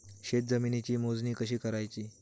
शेत जमिनीची मोजणी कशी करायची?